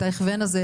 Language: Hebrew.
את ההכוון הזה.